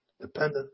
dependent